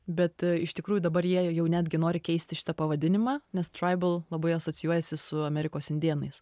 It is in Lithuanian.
bet e iš tikrųjų dabar jie jau netgi nori keisti šitą pavadinimą nes traibal labai asocijuojasi su amerikos indėnais